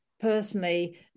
personally